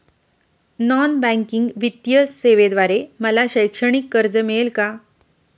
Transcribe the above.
Non banking वित्तीय सेवेद्वारे मला शैक्षणिक कर्ज मिळेल का?